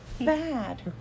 bad